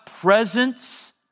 presence